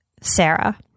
Sarah